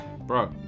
Bro